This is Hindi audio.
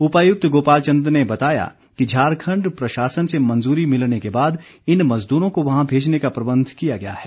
उपायुक्त गोपाल चंद ने बताया कि झारखंड प्रशासन से मंजूरी मिलने के बाद इन मजदूरों को वहां भेजने का प्रबंध किया गया है